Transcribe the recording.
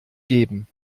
geben